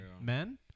men